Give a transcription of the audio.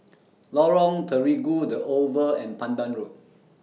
Lorong Terigu The Oval and Pandan Road